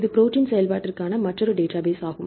இது ப்ரோடீன் செயல்பாடிற்கான மற்றொரு டேட்டாபேஸ் ஆகும்